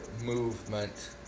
movement